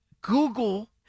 Google